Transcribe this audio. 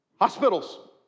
Hospitals